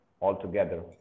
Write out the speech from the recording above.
altogether